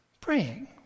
praying